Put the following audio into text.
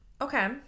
okay